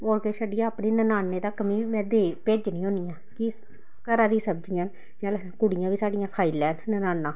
होर किश छड्डियै अपनी ननानें तक बी में दे भेजनी होन्नी आं कि घरा दी सब्जियां न चल कुड़ियां बी साढ़ियां खाई लैङ ननानां